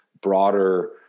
broader